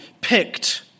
picked